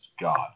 God